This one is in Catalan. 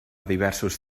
diversos